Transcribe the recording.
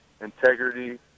integrity